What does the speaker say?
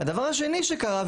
הדבר השני שקרה,